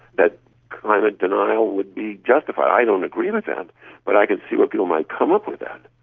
that kind of denial would be justified. i don't agree with that but i can see why people might come up with that.